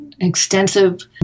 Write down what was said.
extensive